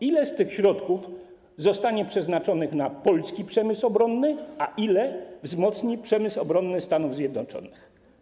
Ile z tych środków zostanie przeznaczonych na polski przemysł obronny, a ile wzmocni przemysł obronny Stanów Zjednoczonych?